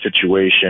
situation